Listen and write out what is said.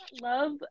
Love